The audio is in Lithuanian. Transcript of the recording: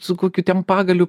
su kokiu ten pagaliu